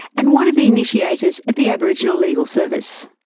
and one of the initiators of the aboriginal legal service.